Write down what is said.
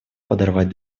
подорвать